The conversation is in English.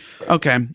Okay